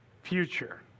future